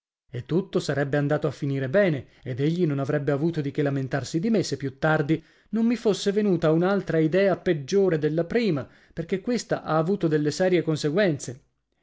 e tutto sarebbe andato a finir bene ed egli non avrebbe avuto di che lamentarsi di me se più tardi non mi fosse venuta un'altra idea peggiore della prima perché questa ha avuto delle serie conseguenze